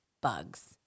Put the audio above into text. bugs